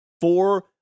four